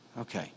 Okay